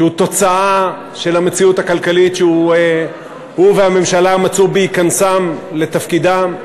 שהוא תוצאה של המציאות הכלכלית שהוא והממשלה מצאו בהיכנסם לתפקידם,